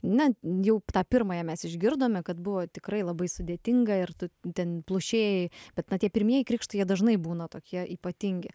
na jau tą pirmąją mes išgirdome kad buvo tikrai labai sudėtinga ir tu ten plušėjai bet tie pirmieji krikštai jie dažnai būna tokie ypatingi